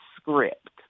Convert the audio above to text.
script